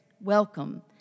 welcome